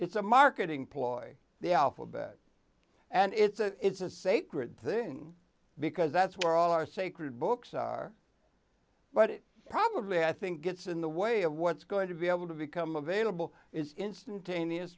it's a marketing ploy the alphabet and it's a sacred thing because that's where all our sacred books are but it probably i think gets in the way of what's going to be able to become available it's instantaneous